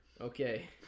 Okay